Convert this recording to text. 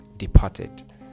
departed